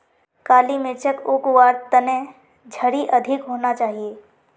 काली मिर्चक उग वार तने झड़ी अधिक होना चाहिए